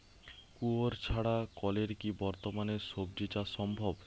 কুয়োর ছাড়া কলের কি বর্তমানে শ্বজিচাষ সম্ভব?